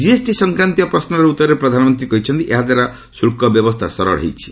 GST ସଂକ୍ରାନ୍ତୀୟ ପ୍ରଶ୍ନର ଉତ୍ତରରେ ପ୍ରଧାନମନ୍ତ୍ରୀ କହିଛନ୍ତି ଏହାଦ୍ୱାରା ଶୁଳ୍କ ବ୍ୟବସ୍ଥା ସରଳ ହୋଇଛି